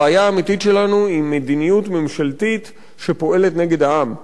הבעיה האמיתית שלנו היא מדיניות ממשלתית שפועלת נגד העם.